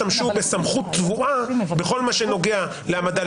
לפחות לפי כמה תיקים הם העבירו למשטרה מהפרקליטות וכמה הפרקליטות העמידה